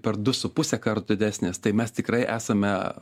per du su puse karto didesnės tai mes tikrai esame